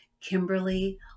Kimberly